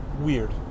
weird